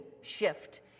shift